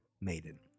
Maiden